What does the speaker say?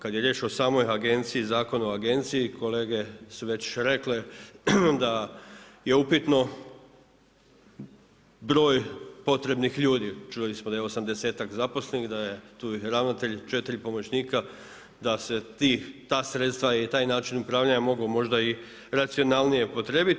Kada je riječ o samoj Agenciji, Zakon o Agenciji, kolege su već rekle da je upitno broj potrebnih ljudi, čuli smo da je 80-ak zaposlenih, da je tu i ravnatelj i 4 pomoćnika da se ti, ta sredstva i taj način upravljanja mogu možda i racionalnije upotrijebiti.